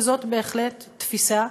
וזאת בהחלט תפיסה.